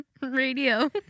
radio